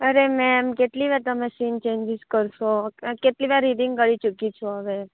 અરે મેમ કેટલી વાર તમે સીમ ચેંજીસ કરશો અ કેટલી વાર રીડિંગ કરી ચૂકી છું